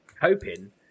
hoping